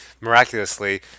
miraculously